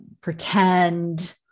pretend